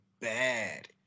bad